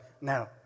Now